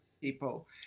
people